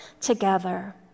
together